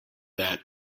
that